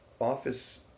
office